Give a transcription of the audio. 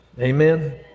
Amen